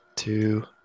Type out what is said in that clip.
two